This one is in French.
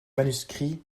manuscrits